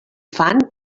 fan